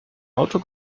auto